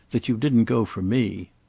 that you didn't go for me.